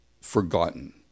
forgotten